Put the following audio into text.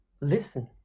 listen